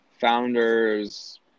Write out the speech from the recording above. founders